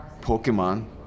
Pokemon